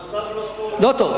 המצב לא טוב, לא טוב.